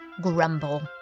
grumble